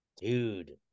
Dude